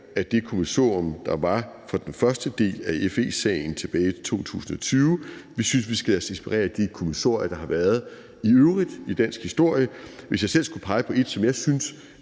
af det kommissorium, der var for den første del af FE-sagen tilbage i 2020. Vi synes, at vi skal lade os inspirere af de kommissorier, der i øvrigt har været i dansk historie. Hvis jeg selv skulle pege på et, som jeg synes